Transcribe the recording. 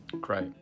Great